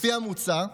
לפי המוצע,